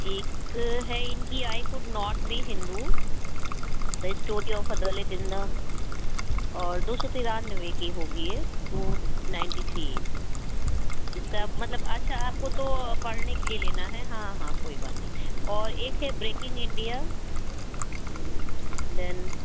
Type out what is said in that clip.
ایک ہے اِن کی I could not be Hindu the story of a Dalit in the اور دو سو ترانوے کی ہو گی یہ ٹو نائنٹی تھری اِس کا مطلب اچھا آپ کو تو پڑھنے کے لیے لینا ہے ہاں ہاں کوئی بات نہیں اور ایک ہے بریکنگ انڈیا دین